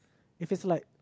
if it's like